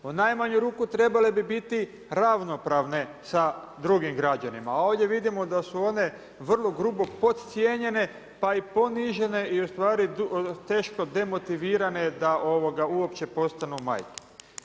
U najmanju ruku trebale bi biti ravnopravne sa drugim građanima, a ovdje vidimo da su one vrlo grubo podcijenjene, pa i ponižene i u stvari teško demotivirane da uopće postanu majke.